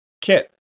Kit